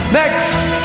next